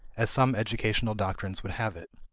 as some educational doctrines would have it.